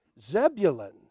Zebulun